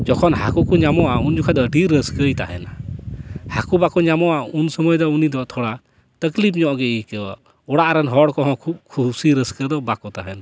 ᱡᱚᱠᱷᱚᱱ ᱦᱟᱹᱠᱩ ᱠᱚ ᱧᱟᱢᱚᱜᱼᱟ ᱩᱱᱡᱚᱠᱷᱟᱱ ᱫᱚ ᱟᱹᱰᱤ ᱨᱟᱹᱥᱠᱟᱹᱭ ᱛᱟᱦᱮᱱᱟ ᱦᱟᱹᱠᱩ ᱵᱟᱠᱚ ᱧᱟᱢᱚᱜᱼᱟ ᱩᱱᱥᱩᱢᱟᱹᱭ ᱫᱚ ᱩᱱᱤ ᱫᱚ ᱛᱷᱚᱲᱟ ᱛᱟᱠᱞᱤᱯ ᱧᱚᱜ ᱜᱮᱭ ᱟᱹᱭᱠᱟᱹᱣᱟ ᱚᱲᱟᱜ ᱨᱮᱱ ᱦᱚᱲ ᱠᱚᱦᱚᱸ ᱠᱷᱩᱵᱽ ᱠᱷᱩᱥᱤ ᱨᱟᱹᱥᱠᱟᱹ ᱫᱚ ᱵᱟᱠᱚ ᱛᱟᱦᱮᱱᱟ